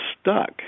stuck